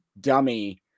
dummy